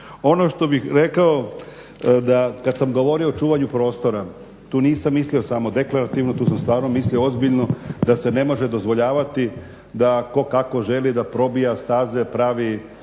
Ono što bih rekao da kada sam govorio o čuvanju prostora, tu nisam mislio samo deklarativno, tu sam stvarno mislio ozbiljno da se ne može dozvoljavati da tko kako želi da probija staze, pravi